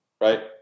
right